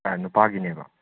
ꯅꯨꯄꯥꯒꯤꯅꯦꯕ